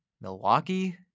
Milwaukee